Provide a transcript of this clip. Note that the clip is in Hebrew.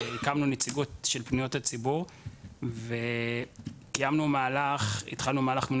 הקמנו נציבות של פניות הציבור והתחלנו מהלך מול